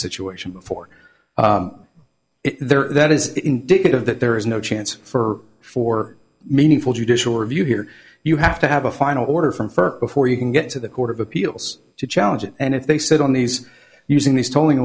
situation before that is indicative that there is no chance for for meaningful judicial review here you have to have a final order from first before you can get to the court of appeals to challenge it and if they sit on these using these tolling